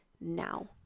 now